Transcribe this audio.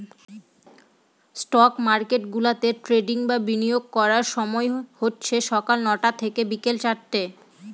stock market গুলাতে trading বা বিনিয়োগ করার সময় হচ্ছে সকাল নটা থেকে বিকেল চারটে